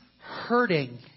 hurting